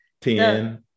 ten